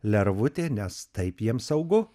lervutė nes taip jiems saugu